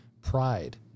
pride